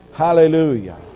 Hallelujah